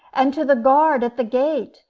and to the guard at the gate,